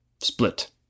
split